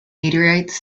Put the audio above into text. meteorites